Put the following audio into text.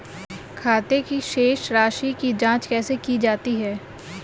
खाते की शेष राशी की जांच कैसे की जाती है?